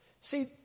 See